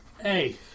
Hey